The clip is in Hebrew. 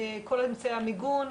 כל אמצעי המיגון.